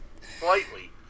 Slightly